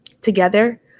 Together